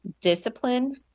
Discipline